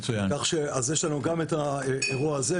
אז יש לנו גם את האירוע הזה.